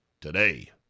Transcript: today